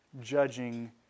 judging